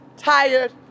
tired